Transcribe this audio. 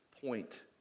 point